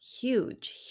Huge